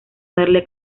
merle